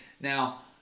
Now